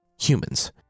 humans